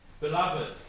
Beloved